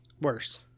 Worse